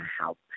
help